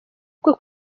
bwo